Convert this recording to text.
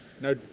now